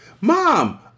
Mom